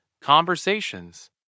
conversations